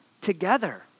together